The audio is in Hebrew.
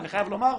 אני חייב לומר,